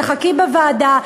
תחכי בוועדה.